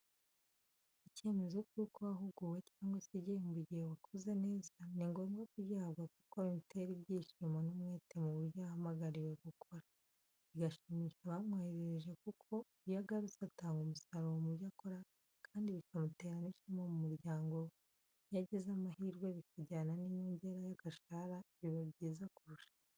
Icyemezo cy'uko wahuguwe cyangwa se igihembo igihe wakoze neza ni ngombwa kugihabwa kuko bimutera ibyishimo n'umwete mu byo ahamagariwe gukora. Bigashimisha abamwohereje kuko iyo agarutse atanga umusaruro mu byo akora kandi bikamutera n'ishema mu muryango we. Iyo agize amahirwe bikajyana n'inyongera y'agashahara biba byiza kurushaho.